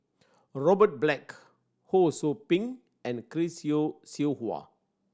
Robert Black Ho Sou Ping and Chris Yeo Siew Hua